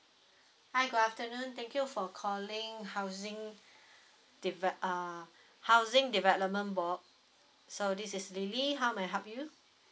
hi good afternoon thank you for calling housing divide uh housing development board so this is L I L Y how may I help you